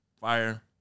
fire